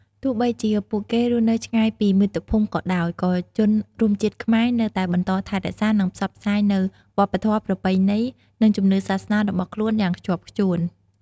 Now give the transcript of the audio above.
ទោះបីជាពួកគេរស់នៅឆ្ងាយពីមាតុភូមិក៏ដោយ ក៏ជនរួមជាតិខ្មែរនៅតែបន្តថែរក្សា និងផ្សព្វផ្សាយនូវវប្បធម៌ ប្រពៃណី និងជំនឿសាសនារបស់ខ្លួនយ៉ាងខ្ជាប់ខ្ជួន។